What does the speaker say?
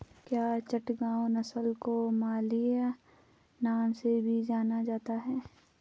क्या चटगांव नस्ल को मलय नाम से भी जाना जाता है?